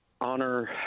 honor